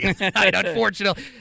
Unfortunately